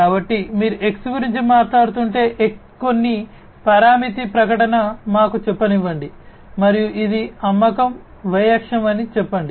కాబట్టి మీరు X గురించి మాట్లాడుతుంటే కొన్ని పారామితి ప్రకటన మాకు చెప్పనివ్వండి మరియు ఇది అమ్మకం Y అక్షం అని చెప్పండి